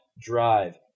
drive